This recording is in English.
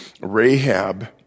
Rahab